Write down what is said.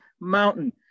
mountain